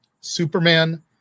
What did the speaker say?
Superman